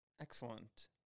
Excellent